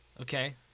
okay